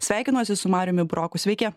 sveikinuosi su mariumi buroku sveiki